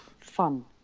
Fun